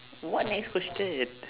what next question